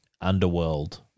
underworld